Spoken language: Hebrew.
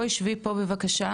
בואי שבי פה בבקשה,